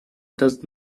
does